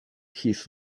his